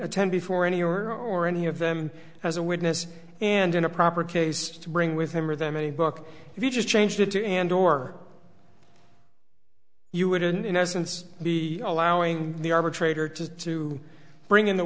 ten before any or any of them as a witness and in a proper case to bring with him or them any book you just changed it to and or you would in essence be allowing the arbitrator to to bring in the